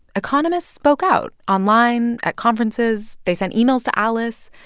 economists spoke out online, at conferences. they sent emails to alice.